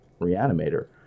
reanimator